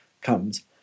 comes